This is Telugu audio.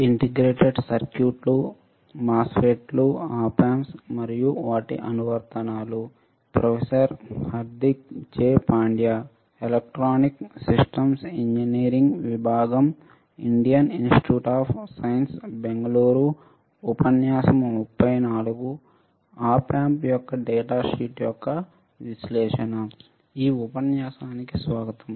ఈ ఉపన్యాసానికి స్వాగతం